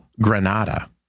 Granada